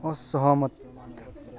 असहमत